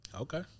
Okay